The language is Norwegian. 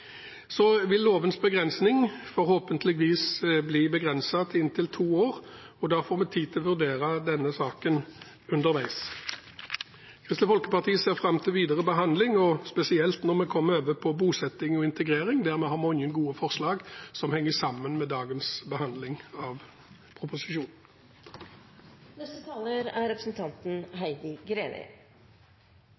Så vil lovens begrensning forhåpentligvis bli begrenset til inntil to år, og da får vi tid til å vurdere denne saken underveis. Kristelig Folkeparti ser fram til videre behandling – spesielt når vi kommer over på bosetting og integrering, der vi har mange gode forslag som henger sammen med dagens behandling av proposisjonen.